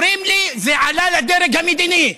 אומרים לי: זה עלה לדרג המדיני.